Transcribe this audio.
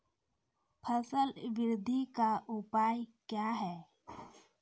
फसल बृद्धि का उपाय क्या हैं?